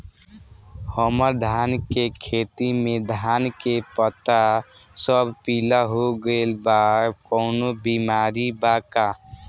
हमर धान के खेती में धान के पता सब पीला हो गेल बा कवनों बिमारी बा का?